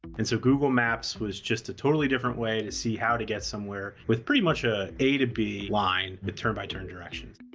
and so google maps was just a totally different way to see how to get somewhere with pretty much ah a to b line with turn by turn directions.